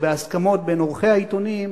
או בהסכמות בין עורכי העיתונים,